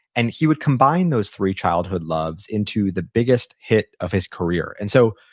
and he would combine those three childhood loves into the biggest hit of his career. and so,